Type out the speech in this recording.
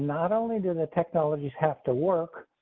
not only do the technologies have to work.